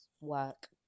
work